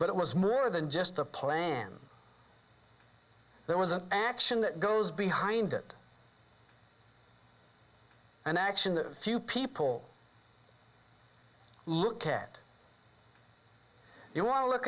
but it was more than just a plan there was an action that goes behind it an action that few people look at